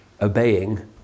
obeying